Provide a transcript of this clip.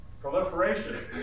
Proliferation